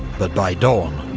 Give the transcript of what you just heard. but by dawn,